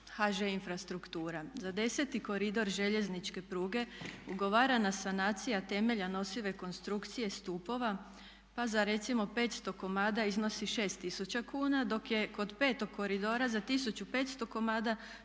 HŽ Infrastruktura, za 10 koridor željezničke pruge ugovarana sanacija temelja nosive konstrukcije stupova, pa za recimo 500 komada iznosi 6000 kn, dok je kod petog koridora za 1500 komada